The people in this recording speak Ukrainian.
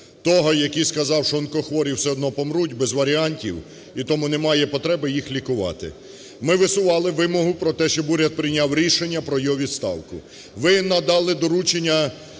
того, який сказав, що онкохворі все одно помруть, без варіантів, і тому немає потреби їх лікувати. Ми висували вимогу про те, щоб уряд прийняв рішення про його відставку. Ви надали доручення